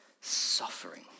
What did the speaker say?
Suffering